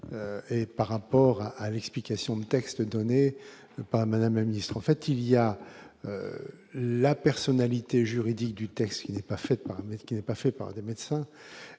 et par rapport à à l'explication de texte donné pas madame la ministre, en fait, il y a la personnalité juridique du texte qui n'est pas fait mais qui